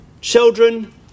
Children